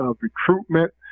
recruitment